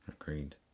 Agreed